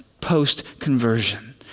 post-conversion